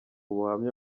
ubuhamya